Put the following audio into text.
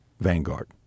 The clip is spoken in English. Vanguard